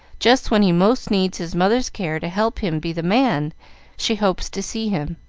just when he most needs his mother's care to help him be the man she hopes to see him.